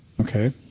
Okay